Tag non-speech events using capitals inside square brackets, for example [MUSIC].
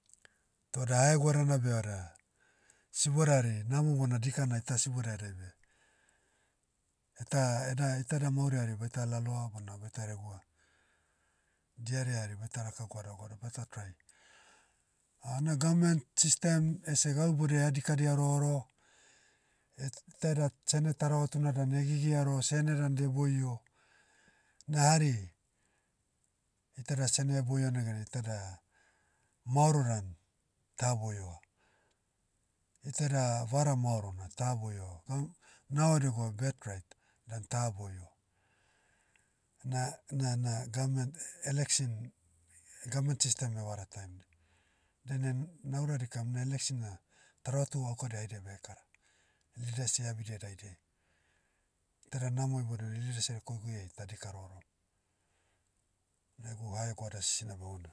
Toda haegoadana beh vada, siboda hari, namo bona dika na ita siboda edai beh. Aita- eda- itada mauri hari baita laloa bona baita regua. Diari hari baita raka goada goada baita try. [HESITATION] na gavment, system, ese gau iboudia eha dikadia rohoroho, eh- taeda sene taravatuna dan [HESITATION] gigia roho- sene dan de boio. Na hari, iteda sene [HESITATION] boio neganai iteda, maoro dan, taha boioa. Iteda vara maorona taha boio. [UNINTELLIGIBLE] nao edia gwau birth right, dan taha boio. Na- na- na gavment, election, gavment system evara taim. Dainai, naura dikam na election na, taravatu aukadia haida bae kara, leaders iabidia daidiai. Iteda namo iboudai ri- leaders [HESITATION] koikoi ai ta dika rohorom. Na egu haegoada sisina bo houna.